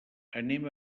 anem